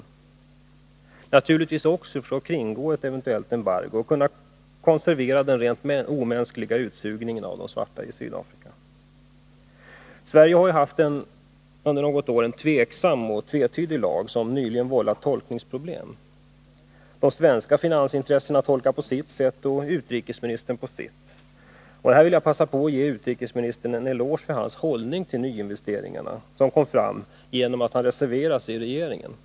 Också detta sker naturligtvis för att man skall kunna kringgå ett eventuellt embargo och för att man skall kunna konservera den rent omänskliga utsugningen av de svarta i Sydafrika. Sverige har på det här området under något år haft en tvivelaktig och tvetydig lag, som nyligen vållat tolkningsproblem. De svenska finansintressena tolkar lagen på sitt sätt och utrikesministern på sitt. Jag vill i det sammanhanget passa på att ge utrikesministern en eloge för den hållning som han intagit när det gäller nyinvesteringarna och som kom fram när han reserverade sig i den här frågan i regeringen.